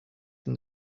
than